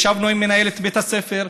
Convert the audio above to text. ישבנו עם מנהלת בית הספר,